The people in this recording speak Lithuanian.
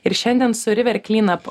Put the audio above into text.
ir šiandien su river cleanup